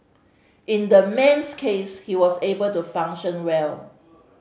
in the man's case he was able to function well